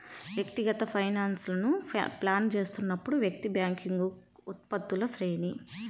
వ్యక్తిగత ఫైనాన్స్లను ప్లాన్ చేస్తున్నప్పుడు, వ్యక్తి బ్యాంకింగ్ ఉత్పత్తుల శ్రేణి